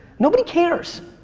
nobody cares.